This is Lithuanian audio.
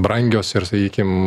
brangios ir sakykim